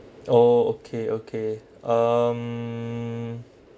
oh okay okay um